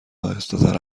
آهستهتر